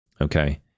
okay